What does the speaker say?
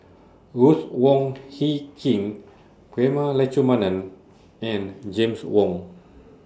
Ruth Wong Hie King Prema Letchumanan and James Wong